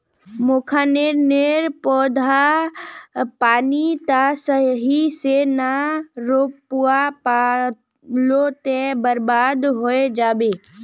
मखाने नेर पौधा पानी त सही से ना रोपवा पलो ते बर्बाद होय जाबे